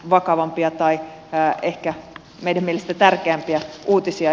vakavampia tai ehkä meidän mielestämme tärkeämpiä uutisia